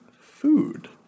food